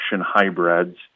hybrids